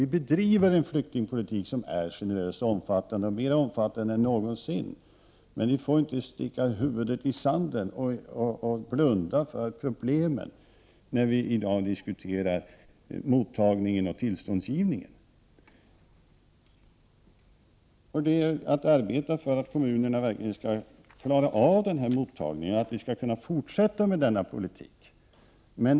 Vi bedriver en flyktingpolitik som är generös och mera omfattande än någonsin. Men vi får inte sticka huvudet i sanden och blunda för problemen när vi i dag diskuterar mottagningen och tillståndsgivningen. Vi arbetar för att kommunerna verkligen skall kunna klara av mottagningen och för att vi skall kunna fortsätta med den här politiken.